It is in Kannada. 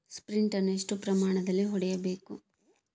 ಸ್ಪ್ರಿಂಟ್ ಅನ್ನು ಎಷ್ಟು ಪ್ರಮಾಣದಲ್ಲಿ ಹೊಡೆಯಬೇಕು?